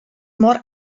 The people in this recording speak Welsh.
mor